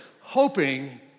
hoping